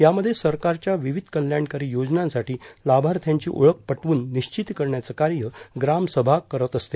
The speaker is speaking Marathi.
यामध्ये सरकारच्या विविध कल्याणकारी योजनांसाठी लाभाथ्र्यांची ओळख पटवून निश्चिती करण्याचं कार्य ग्रामसभा करत असते